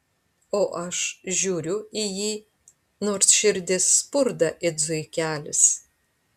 o aš žiūriu į jį nors širdis spurda it zuikelis